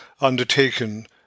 undertaken